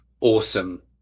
awesome